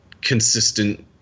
consistent